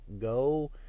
Go